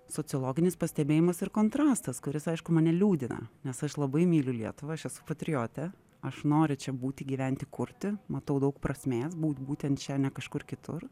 sociologinis pastebėjimas ir kontrastas kuris aišku mane liūdina nes aš labai myliu lietuvą aš esu patriotė aš noriu čia būti gyventi kurti matau daug prasmės būt būtent čia ne kažkur kitur